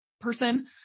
person